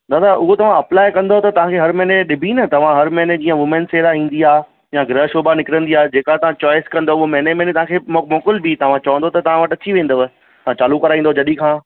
दादा उहो तव्हां अप्लाइ कंदव त तव्हांखे हर महीने ॾिबी न तव्हां हर महीने जीअं वूमन्स जे लाइ ईंदी आहे या गृह शोभा निकिरंदी आहे जेका तव्हां चॉइस कंदव उहा महीने महीने तव्हांखे मोक मोकिलिबी तव्हां चवंदव त तव्हां वटि अची वेंदव तव्हां चालू कराईंदव जॾहिं खां